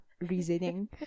reasoning